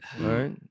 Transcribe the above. right